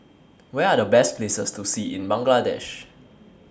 Where Are The Best Places to See in Bangladesh